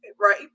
right